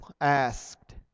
asked